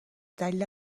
دلیل